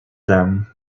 them